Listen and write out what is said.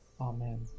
Amen